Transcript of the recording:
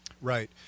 Right